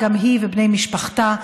היא ובני משפחתה,